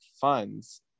funds